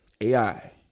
AI